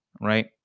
right